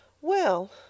Well